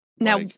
Now